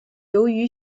由于